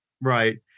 Right